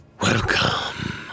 Welcome